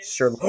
Sure